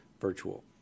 virtual